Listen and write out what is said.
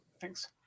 Thanks